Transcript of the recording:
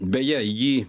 beje jį